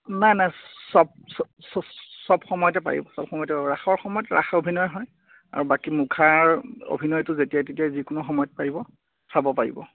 নাই নাই চব চব সময়তে পাৰিব চব সময়তে পাৰিব ৰাসৰ সময়ত ৰাস অভিনয় হয় আৰু বাকী মুখাৰ অভিনয়টো যেতিয়াই তেতিয়াই যিকোনো সময়ত পাৰিব চাব পাৰিব